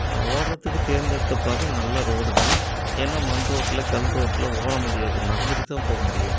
நான் ஓடுறதுக்கு தேர்ந்தெடுத்த பாதை நல்ல ரோடுதான் ஏன்னா மண் ரோட்டில் கல் ரோட்டில் ஓட முடியாது நடந்துட்டுதான் போம் முடியும்